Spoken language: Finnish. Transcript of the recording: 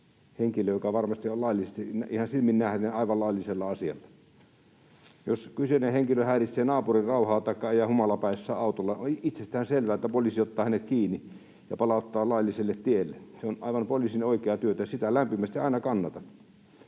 henkilö, joka varmasti on ihan silmin nähden aivan laillisella asialla. Jos kyseinen henkilö häiritsee naapurin rauhaa taikka ajaa humalapäissään autolla, on itsestään selvää, että poliisi ottaa hänet kiinni ja palauttaa lailliselle tielle. Se on poliisin aivan oikeaa työtä, ja sitä lämpimästi aina kannatan.